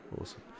awesome